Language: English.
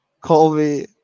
Colby